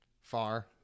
Far